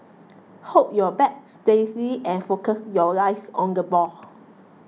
hold your bat steady and focus your eyes on the ball